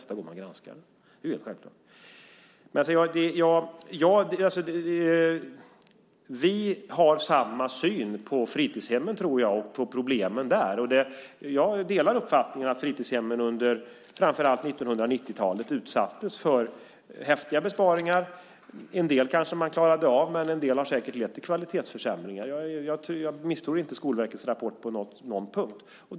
Jag tror att vi har samma syn på fritidshemmen och på problemen där. Jag delar uppfattningen att fritidshemmen framför allt under 1990-talet utsattes för häftiga besparingar. En del kanske man klarade av, men en del har säkert lett till kvalitetsförsämringar. Jag misstror inte Skolverkets rapport på någon punkt.